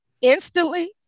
instantly